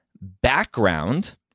background